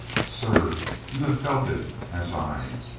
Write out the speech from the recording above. sir, you have felt it as i.